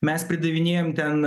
mes pridavinėjam ten